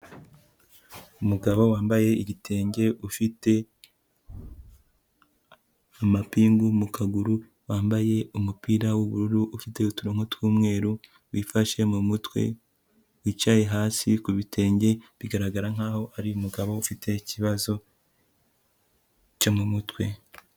Umugabo wambaye igitenge ufite amapingu mu kaguru, wambaye umupira w'ubururu ufite uturongo tw'umweru, wifashe mu mutwe, yicaye hasi ku bitenge bigaragara nkaho ari umugabo ufite ikibazo cyo mumutwe.